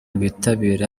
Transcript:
bitabira